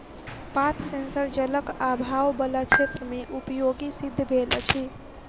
पात सेंसर जलक आभाव बला क्षेत्र मे उपयोगी सिद्ध भेल अछि